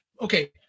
Okay